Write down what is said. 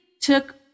took